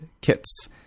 kits